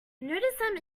nudism